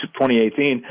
2018